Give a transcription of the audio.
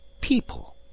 people